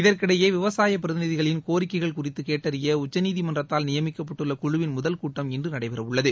இதற்கிடையே விவசாய பிரதிநிதிகளின் கோரிக்கைகள் குறித்து கேட்டறிய உச்சநீதிமன்றத்தால் நியமிக்கப்பட்டுள்ள குழுவின் முதல் கூட்டம் இன்று நடைபெறவுள்ளது